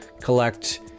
collect